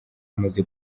amaze